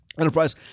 Enterprise